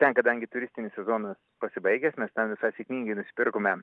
ten kadangi turistinis sezonas pasibaigęs mes ten visai sėkmingai nusipirkome